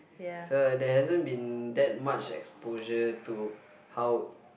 so there hasn't been that much exposure to how